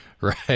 Right